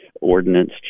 ordinance